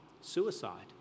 Suicide